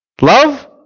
love